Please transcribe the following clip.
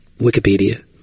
Wikipedia